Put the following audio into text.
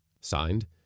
Signed